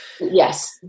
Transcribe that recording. Yes